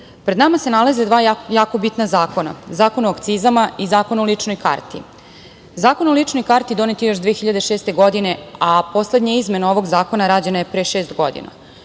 pred nama se nalaze dva jako bitna zakona, Zakon o akcizama i Zakon o ličnoj karti. Zakon o ličnoj karti donet je još 2006. godine, a poslednja izmena ovog zakona rađena je pre šest godina.